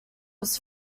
was